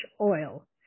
oil